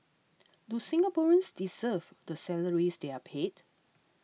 do Singaporeans deserve the salaries they are paid